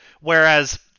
whereas